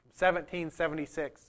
1776